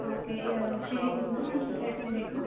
okay yeah sharing ರೂಮಾ madam separate room ಬೇಕಾ